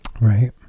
Right